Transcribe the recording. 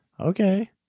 okay